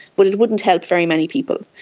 but it wouldn't help very many people.